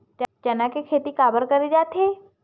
चना के खेती काबर करे जाथे?